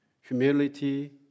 humility